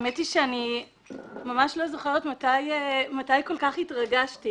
האמת היא שאני ממש לא זוכרת מתי כל כך התרגשתי.